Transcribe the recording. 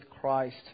Christ